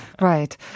Right